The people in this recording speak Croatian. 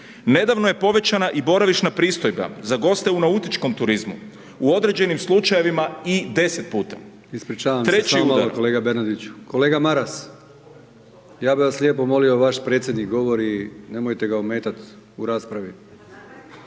nedavno je povećana i boravišna pristojba za goste u nautičkom turizmu, u određenim slučajevima i 10 puta. **Brkić, Milijan (HDZ)** Ispričavam se, samo malo kolega Bernardić. Kolega Maras, ja bi vas lijepo molio, vaš predsjednik govori, nemojte ga ometat u raspravi.